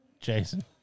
Jason